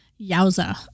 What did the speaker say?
Yowza